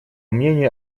мнению